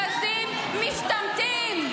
-- מבזים, משתמטים,